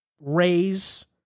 raise